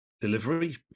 delivery